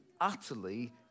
utterly